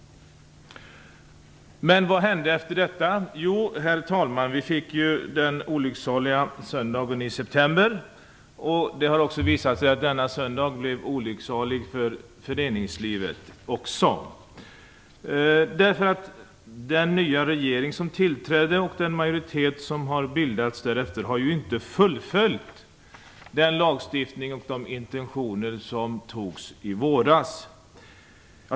Men vad hände efter detta? Jo, herr talman, vi fick den olycksaliga söndagen i september, och det har visat sig att denna söndag blev olycksalig också för föreningslivet. Den nya regering som tillträdde och den majoritet som finns här i riksdagen har nämligen inte fullföljt den lagstiftning och de intentioner som antogs i våras.